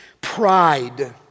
Pride